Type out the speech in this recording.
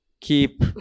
keep